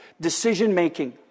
decision-making